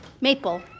Maple